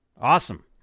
Awesome